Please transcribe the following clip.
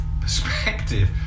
perspective